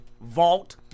Vault